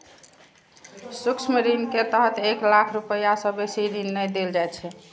सूक्ष्म ऋण के तहत एक लाख रुपैया सं बेसी ऋण नै देल जाइ छै